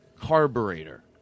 carburetor